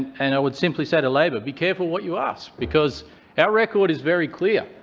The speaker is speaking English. and i would simply say to labor be careful what you ask, because our record is very clear.